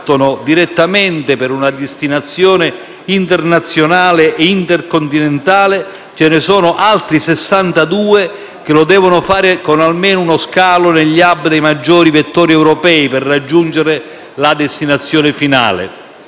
o partono direttamente per una destinazione internazionale e intercontinentale ce ne sono sessantadue che devono fare almeno uno scalo negli *hub* dei maggiori vettori europei per raggiungere la destinazione finale.